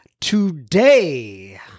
today